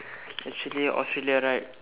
actually Australia right